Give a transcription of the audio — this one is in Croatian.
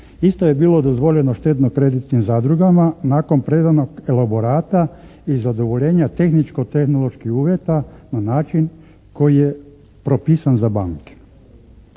Isto je bilo dozvoljeno štedno-kreditnim zadrugama nakon predanog elaborata i zadovoljenja tehničko-tehnoloških uvjeta na način koji se propisan za banke.